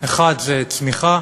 האחד זה צמיחה